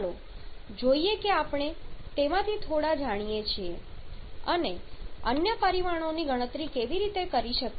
ચાલો જોઈએ કે આપણે તેમાંથી થોડા જાણીએ છીએ તેવા અન્ય પરિમાણોની ગણતરી કેવી રીતે કરી શકીએ